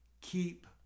keep